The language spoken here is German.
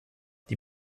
die